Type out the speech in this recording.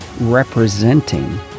representing